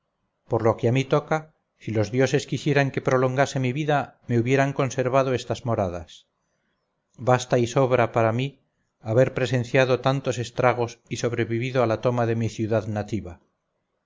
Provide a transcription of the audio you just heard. por lo que a mí toca si los dioses quisieran que prolongase mi vida me hubieran conservado estas moradas basta y sobra par mí haber presenciado tantos estragos y sobrevivido a la toma de mi ciudad nativa